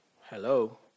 Hello